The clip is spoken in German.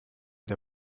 der